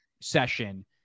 session